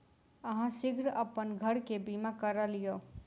अहाँ शीघ्र अपन घर के बीमा करा लिअ